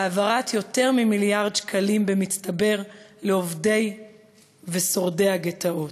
והעברת יותר מ-1 מיליארד שקלים במצטבר לעובדי ושורדי הגטאות,